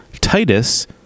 Titus